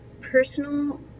personal